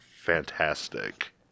Fantastic